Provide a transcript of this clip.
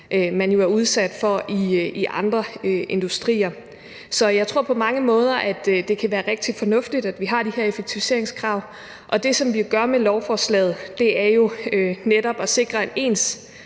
man er udsat for i andre industrier. Så jeg tror på mange måder, at det kan være rigtig fornuftigt, at vi har de her effektiviseringskrav, og det, som vi jo gør med lovforslaget, er netop at sikre en